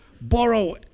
borrow